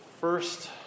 first